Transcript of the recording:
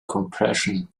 compression